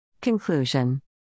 Conclusion